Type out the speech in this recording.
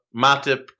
Matip